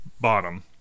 bottom